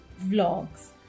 vlogs